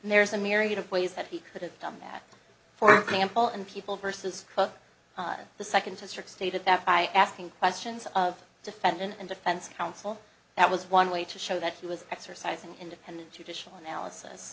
there's a myriad of ways that he could have done that for any and all and people versus the second district stated that by asking questions of defendant and defense counsel that was one way to show that he was exercising independent judicial analysis